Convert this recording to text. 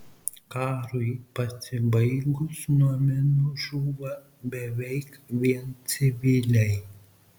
karui pasibaigus nuo minų žūva beveik vien civiliai